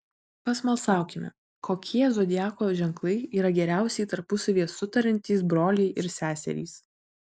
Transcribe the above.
pasmalsaukime kokie zodiako ženklai yra geriausiai tarpusavyje sutariantys broliai ir seserys